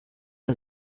das